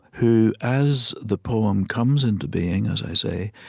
who, as the poem comes into being, as i say,